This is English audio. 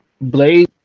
Blade